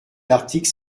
l’article